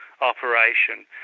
operation